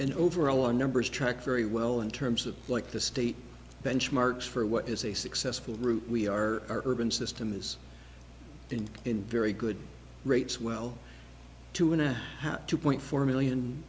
and over a one numbers track very well in terms of like the state benchmarks for what is a successful route we are urban system has been in very good rates well two and a half two point four million